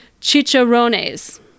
chicharrones